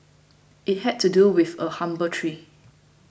it had to do with a humble tree